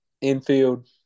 infield